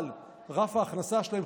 אבל רף ההכנסה שלהן,